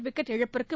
wicket இழப்பிற்கு